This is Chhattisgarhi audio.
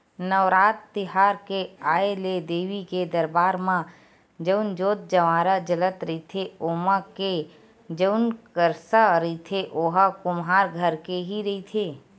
नवरात तिहार के आय ले देवी के दरबार म जउन जोंत जंवारा जलत रहिथे ओमा के जउन करसा रहिथे ओहा कुम्हार घर के ही रहिथे